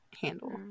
handle